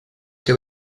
que